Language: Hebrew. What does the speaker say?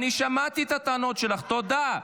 אני שמעתי את הטענות שלך, תודה.